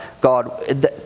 God